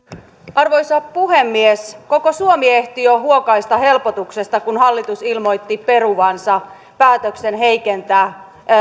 arvoisa puhemies koko suomi ehti jo huokaista helpotuksesta kun hallitus ilmoitti peruvansa päätöksen heikentää